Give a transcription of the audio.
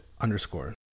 underscore